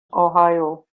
ohio